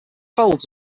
folds